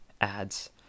ads